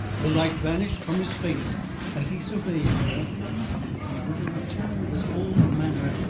the light vanished from his face as he surveyed her and it was with a return of his old manner,